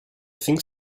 think